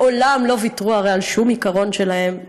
מעולם לא ויתרו הרי על שום עיקרון שלהם,